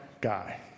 guy